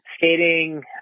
skating